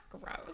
gross